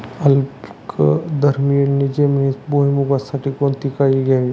अल्कधर्मी जमिनीत भुईमूगासाठी कोणती काळजी घ्यावी?